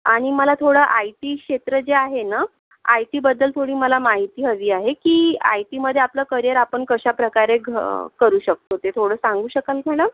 आणि मला थोडं आय टी क्षेत्र जे आहे ना आय टीबद्दल थोडी मला माहिती हवी आहे की आय टीमध्ये आपलं करिअर आपण कशा प्रकारे घ करू शकतो ते थोडं सांगू शकाल मला